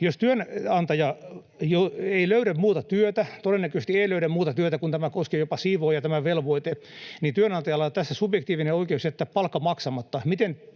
Jos työnantaja ei löydä muuta työtä — ja todennäköisesti ei löydä muuta työtä, kun tämä velvoite koskee jopa siivoojia — niin työnantajalla on tässä subjektiivinen oikeus jättää palkka maksamatta.